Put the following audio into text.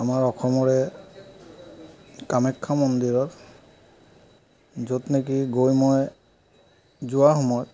আমাৰ অসমৰে কামাখ্যা মন্দিৰত য'ত নেকি গৈ মই যোৱা সময়ত